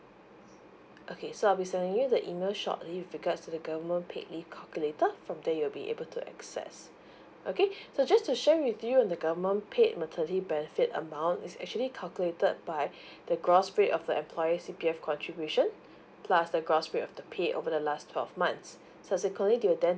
okay so I'll be sending you the email shortly with regards to the government paid leave calculator from there you'll be able to access okay so just to share with you on the government paid maternity benefit amount is actually calculated by the gross rate of the employee's C P F contribution plus the gross rate of the pay over the last twelve months subsequently they will then